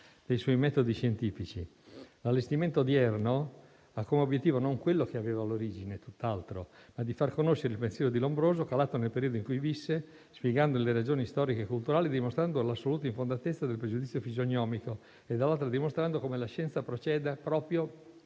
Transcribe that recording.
dei suoi metodi scientifici. L'allestimento odierno ha come obiettivo non quello che aveva all'origine, ma tutt'altro, ossia far conoscere il pensiero di Lombroso calato nel periodo in cui visse, spiegando le ragioni storiche e culturali e dimostrando l'assoluta infondatezza del pregiudizio fisiognomico - da un lato - e - dall'altro - come la scienza proceda proprio